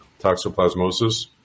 toxoplasmosis